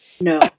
no